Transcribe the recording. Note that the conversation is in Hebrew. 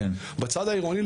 בצד העירוני,